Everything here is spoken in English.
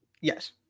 Yes